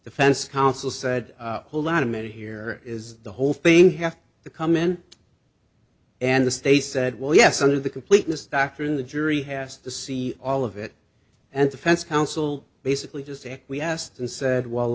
defense counsel said whole lot of merit here is the whole thing have to come in and the state said well yes under the completeness doctrine the jury has to see all of it and defense counsel basically just say we asked and said well